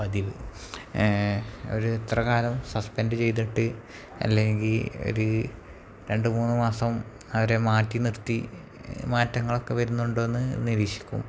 പതിവ് അവര് എത്ര കാലം സസ്പെൻഡ് ചെയ്തിട്ട് അല്ലെങ്കില് ഒരു രണ്ടു മൂന്നു മാസം അവരെ മാറ്റിനിർത്തി മാറ്റങ്ങളൊക്കെ വരുന്നുണ്ടോ എന്നു നിരീക്ഷിക്കും